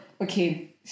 okay